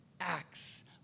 acts